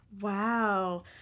Wow